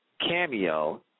Cameo